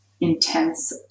intense